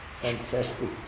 fantastic